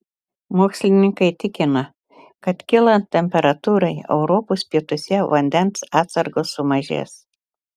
mokslininkai tikina kad kylant temperatūrai europos pietuose vandens atsargos sumažės